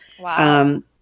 Wow